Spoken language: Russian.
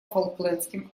фолклендским